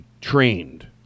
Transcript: trained